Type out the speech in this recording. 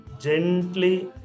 gently